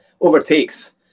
overtakes